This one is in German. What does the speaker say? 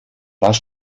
was